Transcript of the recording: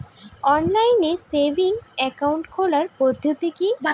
Online savings account খোলার পদ্ধতি কি?